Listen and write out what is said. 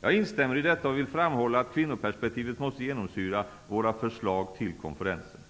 Jag instämmer i detta och vill framhålla att kvinnoperspektivet måste genomsyra våra förslag till konferensen.